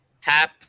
Hap